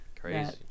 Crazy